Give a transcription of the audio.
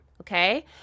okay